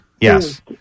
Yes